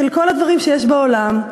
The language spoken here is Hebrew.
של כל הדברים שיש בעולם,